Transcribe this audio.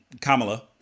Kamala